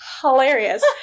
hilarious